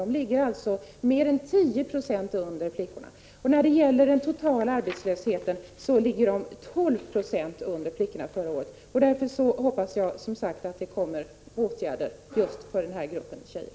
De ligger alltså mer än 10 96 under flickorna. När det gäller den totala arbetslösheten låg de förra året 12 9o under flickorna. Därför hoppas jag, som sagt, på åtgärder just för den här gruppen flickor.